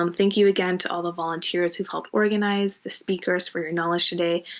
um thank you again to all the volunteers who helped organize the speakers for your knowledge today,